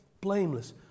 blameless